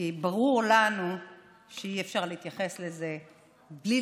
כי ברור לנו שאי-אפשר להתייחס לזה בלי